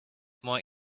more